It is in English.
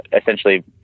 essentially